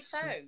phone